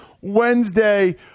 Wednesday